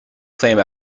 fame